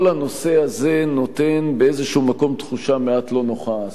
כל הנושא נותן באיזשהו מקום תחושה לא נוחה.